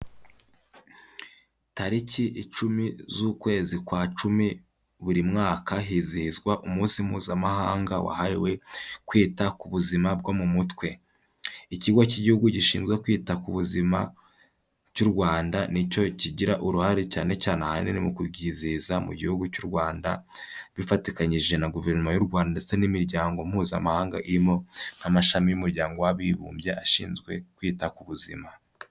Tariki icumi z'ukwezi kwa cumi buri mwaka hizihizwa umunsi mpuzamahanga wahariwe kwita ku buzima bwo mu mutwe, ikigo cy'igihugu gishinzwe kwita ku buzima cy'u Rwanda nicyo kigira uruhare cyane cyane ahanini mu kubyihiza mu gihugu cy'u Rwanda, bifatikanyije na guverinoma y'u Rwanda ndetse n'imiryango mpuzamahanga irimo nk'amashami y'umuryango w'abibumbye ashinzwe kwita ku buzima.